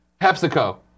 PepsiCo